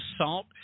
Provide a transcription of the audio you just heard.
assault